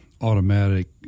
automatic